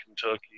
Kentucky